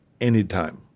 anytime